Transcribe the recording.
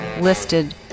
listed